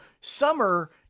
summer